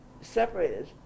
separated